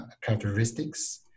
characteristics